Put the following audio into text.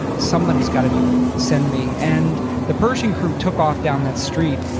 somebody's gotta do it. send me. and the pershing crew took off down that street,